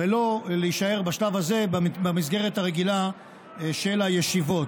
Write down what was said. ולא להישאר בשלב הזה במסגרת הרגילה של הישיבות.